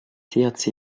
thc